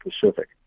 Pacific